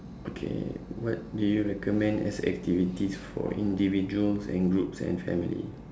okay what do you recommend as activities for individuals and groups and family